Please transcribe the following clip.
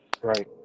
Right